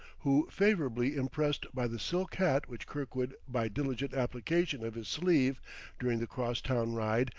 who, favorably impressed by the silk hat which kirkwood, by diligent application of his sleeve during the cross-town ride,